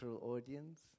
audience